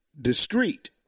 discreet